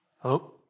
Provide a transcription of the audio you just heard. Hello